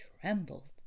trembled